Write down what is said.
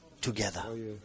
together